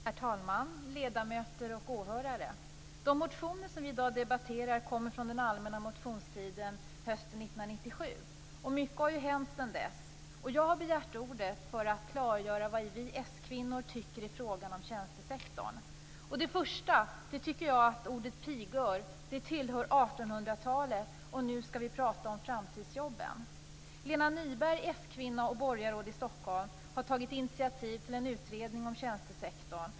Herr talman, ledamöter och åhörare! De motioner som vi i dag debatterar väcktes under den allmänna motionstiden hösten 1997. Mycket har hänt sedan dess. Jag har begärt ordet för att klargöra vad vi skvinnor tycker i frågan om tjänstesektorn. Jag vill först säga att jag tycker att ordet "piga" tillhör 1800-talet. Nu skall vi tala om framtidsjobben. Lena Nyberg, s-kvinna och borgarråd i Stockholm, har tagit initiativ till en utredning om tjänstesektorn.